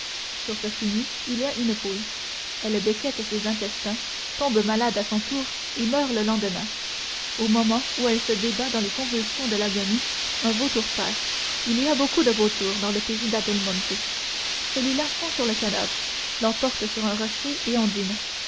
sur ce fumier il y a une poule elle becquette ces intestins tombe malade à son tour et meurt le lendemain au moment où elle se débat dans les convulsions de l'agonie un vautour passe il y a beaucoup de vautours dans le pays d'adelmonte celui-là fond sur le cadavre l'emporte sur un rocher et